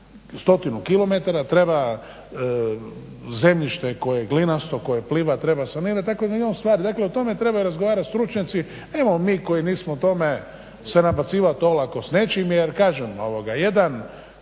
stotinu kilometara, treba zemljište koje je glinasto, koje pliva treba sanirati, dakle milijun stvari, dakle o tome trebaju razgovarati stručnjaci, …/Ne razumije se./… mi koji nismo u tome se nabacivati olako s nečim, jer kažem jedan